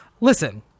Listen